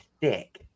thick